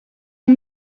amb